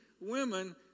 women